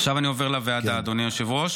עכשיו אני עובר לוועדה, אדוני היושב-ראש.